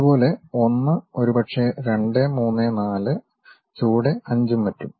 അതുപോലെ 1 ഒരു പക്ഷേ 2 3 4 ചുവടെ 5 ഉം മറ്റും